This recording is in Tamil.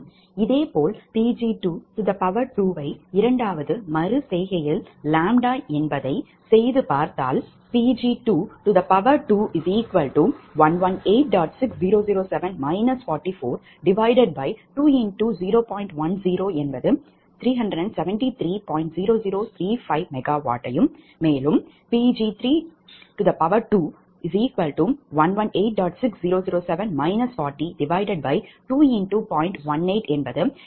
இதேபோல் Pg22 வை இரண்டாவது மறு செய்கையில் ʎ என்பதை பதிலீடு செய்து பெறுவீர்கள் அப்படி என்றால் Pg22118